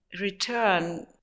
return